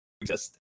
exist